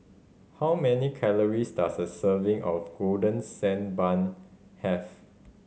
how many calories does a serving of Golden Sand Bun have